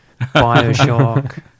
Bioshock